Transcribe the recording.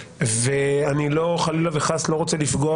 אני חלילה וחס לא רוצה לפגוע